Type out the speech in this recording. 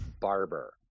barber